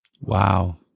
Wow